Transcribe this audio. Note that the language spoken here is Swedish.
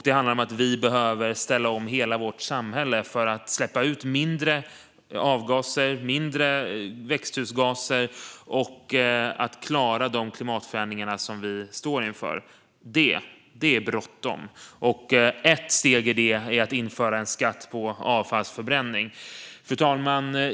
Det handlar om att vi behöver ställa om hela vårt samhälle för att släppa ut mindre avgaser och mindre växthusgaser och för att klara de klimatförändringar som vi står inför. Det är bråttom, och ett steg är att införa en skatt på avfallsförbränning. Fru talman!